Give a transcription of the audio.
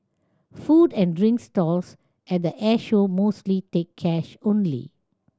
food and drink stalls at the Airshow mostly take cash only